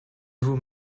vous